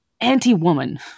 anti-woman